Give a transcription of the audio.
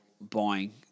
buying